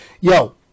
Yo